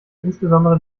insbesondere